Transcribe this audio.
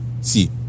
See